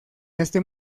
este